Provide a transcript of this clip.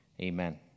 Amen